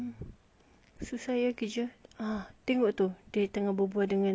saya okay jer ah tengok tu dia tengah bebual dengan pakcik tu